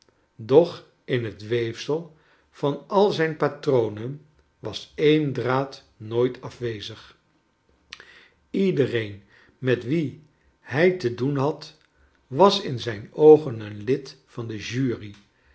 doch in het weefsel van al zijn patronen was een draad nooit afwezig ledereen met wien hij te doen had was in zijn oogen een lid van de jury